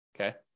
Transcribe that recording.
okay